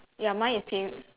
ya mine is pink